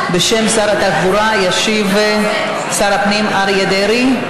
בשם שר התחבורה ישיב שר הפנים אריה דרעי.